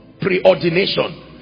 preordination